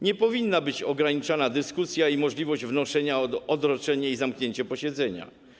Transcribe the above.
Nie powinna być ograniczana dyskusja i możliwość wnoszenia o odroczenie i zamknięcie posiedzenia.